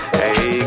hey